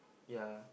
ya